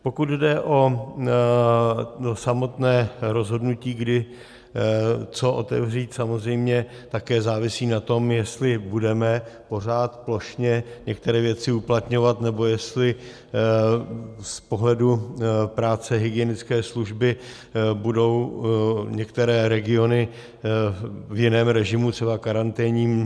Pokud jde o samotné rozhodnutí, kdy co otevřít, samozřejmě také závisí na tom, jestli budeme pořád plošně některé věci uplatňovat, nebo jestli z pohledu práce hygienické služby budou některé regiony v jiném režimu, třeba karanténním.